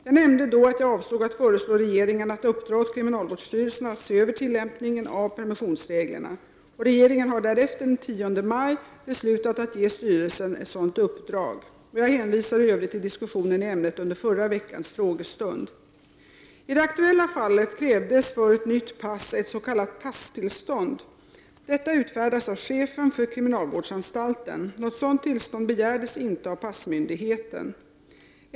Jag nämnde då att jag avsåg att föreslå regeringen att uppdra åt kriminalvårdsstyrelsen att se över tillämpningen av dessa regler. Regeringen har därefter den 10 maj 1990 beslutat att ge styrelsen ett sådant uppdrag. Jag hänvisar i övrigt till diskussionen i ämnet under förra veckans frågestund. I det aktuella fallet krävdes för ett nytt pass ett s.k. passtillstånd. Detta utfärdas av chefen för kriminalvårdsanstalten. Något sådant tillstånd begärdes inte av passmyndigheten.